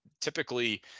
typically